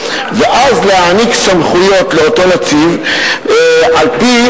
ואז להעניק סמכויות לאותו נציב על-פי